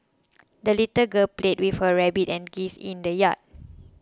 the little girl played with her rabbit and geese in the yard